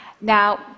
Now